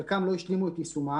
חלקן לא השלימו את יישומם.